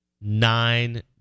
Nine